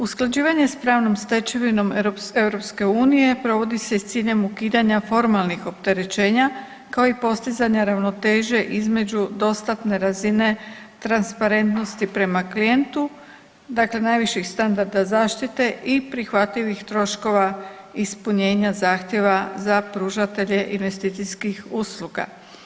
Usklađivanje s pravnom stečevinom EU provodi se i s ciljem ukidanja formalnih opterećenja kao i postizanja ravnoteže između dostatne razine transparentnosti prema klijentu, dakle najviših standarda zaštite i prihvatljivih troškova ispunjenja zahtjeva za pružatelje investicijskih usluga.